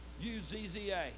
U-Z-Z-A